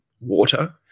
water